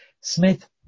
Smith